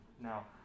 Now